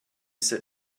sit